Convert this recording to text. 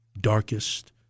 darkest